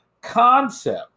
concept